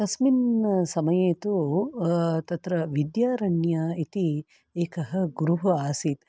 तस्मिन् समये तु तत्र विद्यारण्य इति एकः गुरुः आसीत्